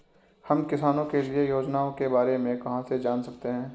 हम किसानों के लिए योजनाओं के बारे में कहाँ से जान सकते हैं?